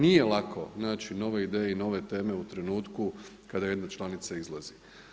Nije lako naći nove ideje i nove teme u trenutku kada jedna članica izlazi.